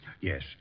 Yes